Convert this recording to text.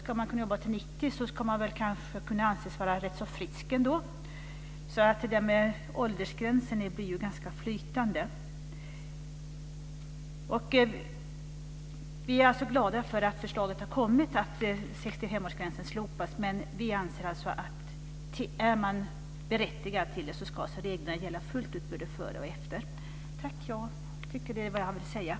Ska man kunna jobba till dess att man är 90 ska man kanske kunna anses vara rätt frisk. Åldersgränsen blir ganska flytande. Vi är glada för att förslaget har kommit om att 65 årsgränsen slopas, men vi anser alltså att reglerna ska gälla fullt ut både före och efter om man är berättigad till assistans.